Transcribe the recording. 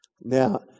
Now